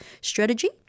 strategy